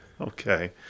Okay